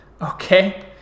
okay